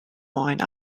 moines